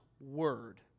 Word